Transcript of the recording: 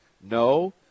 No